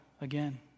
again